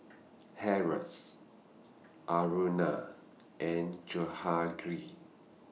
Haresh Aruna and Jahangir